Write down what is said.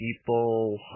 people